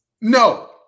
No